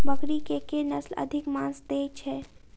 बकरी केँ के नस्ल अधिक मांस दैय छैय?